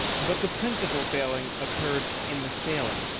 but the principal failing occurred in the sailing,